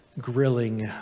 grilling